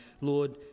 Lord